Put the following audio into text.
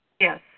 Yes